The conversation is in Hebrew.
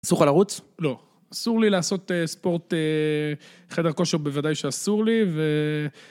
אסור לך לרוץ? לא. אסור לי לעשות ספורט, חדר כושר בוודאי שאסור לי ו...